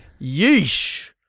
Yeesh